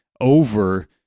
over